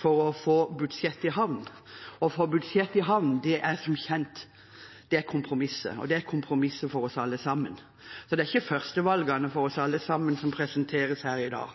for å få budsjettet i havn. Å få budsjettet i havn er som kjent å kompromisse. Det er kompromisset for oss alle sammen. Det er ikke førstevalgene for oss alle sammen som presenteres her i dag.